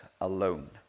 Alone